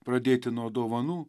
pradėti nuo dovanų